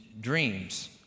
dreams